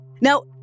Now